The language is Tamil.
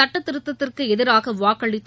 சுட்டத் திருத்தத்திற்கு எதிராக வாக்களித்து